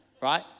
right